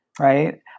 right